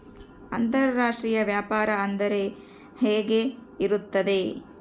ಅಂತರಾಷ್ಟ್ರೇಯ ವ್ಯಾಪಾರ ಅಂದರೆ ಹೆಂಗೆ ಇರುತ್ತದೆ?